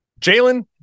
Jalen